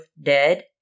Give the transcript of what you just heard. dead